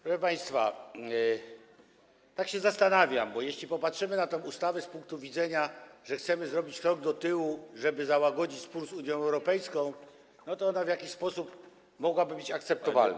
Proszę państwa, tak się zastanawiam, bo jeśli popatrzymy na tę ustawę z punktu widzenia, że chcemy zrobić krok do tyłu, żeby załagodzić spór z Unią Europejską, to ona w jakiś sposób mogłaby być akceptowalna.